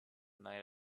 night